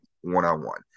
one-on-one